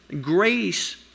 grace